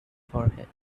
forehead